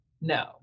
No